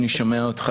אני שומע אותך